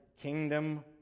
kingdom